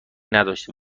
نداشته